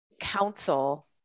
council